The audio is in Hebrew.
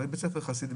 הרי בית ספר חסידי.